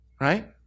right